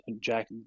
Jack